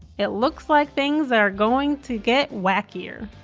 it looks like things are going to get wackier.